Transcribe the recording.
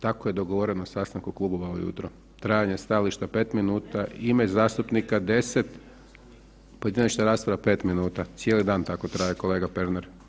Tako je dogovoreno na sastanku klubova ujutro, trajanje stajališta 5 minuta, ime zastupnika 10, pojedinačna rasprava 5 minuta, cijeli dan tako traje, kolega Pernar.